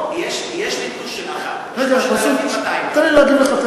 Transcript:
יש לי תלוש של אחת: 3,200. תן לי להשיב לך,